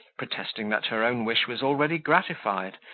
protesting that her own wish was already gratified,